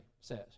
says